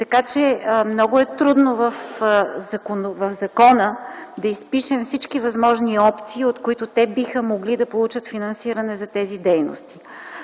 Така че много е трудно в закона да изпишем всички възможни опции, от които те биха могли да получат финансиране за тези дейности.